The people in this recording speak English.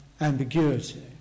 ambiguity